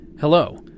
Hello